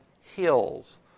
hills